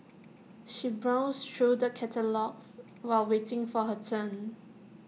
she browsed through the catalogues while waiting for her turn